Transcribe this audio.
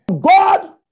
God